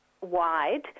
wide